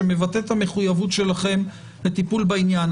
שמבטא את המחויבות שלכם לטיפול בעניין.